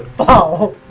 ball.